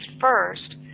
first